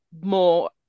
more